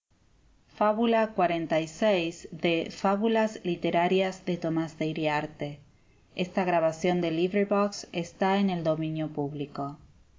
archiveamerican libraries fábulas literarias de tomás de iriarte edición